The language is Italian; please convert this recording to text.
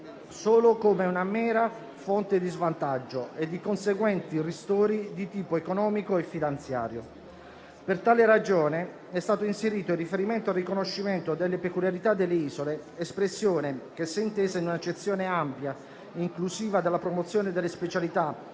solo come una mera fonte di svantaggio e di conseguenti ristori di tipo economico e finanziario. Per tale ragione è stato inserito il riferimento al riconoscimento delle peculiarità delle isole, espressione che se intesa in un'accezione ampia, inclusiva della promozione delle specialità